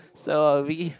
so are we